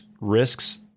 risks